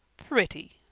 pretty!